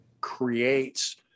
creates